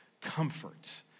comfort